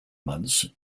months